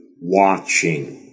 watching